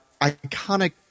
iconic